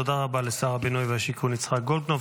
תודה רבה לשר הבינוי והשיכון יצחק גולדקנופ.